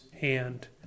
hand